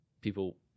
people